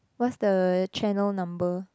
what's the channel number